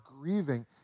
grieving